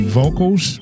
vocals